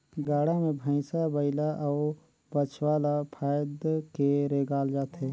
गाड़ा मे भइसा बइला अउ बछवा ल फाएद के रेगाल जाथे